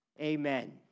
Amen